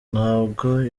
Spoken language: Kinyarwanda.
ntabwo